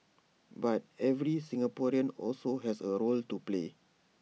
but every Singaporean also has A role to play